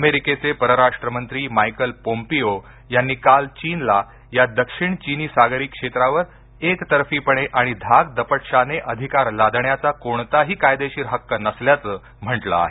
अमेरिकेचे परराष्ट्रमंत्री Michael Pompeo यांनी काल चीनला या दक्षिण चीनी सागरी क्षेत्रावर एकतर्फीपणे आणि धाक दपटशाने अधिकार लादण्याचा कोणताही कायदेशीर हक्क नसल्याचं म्हटलं आहे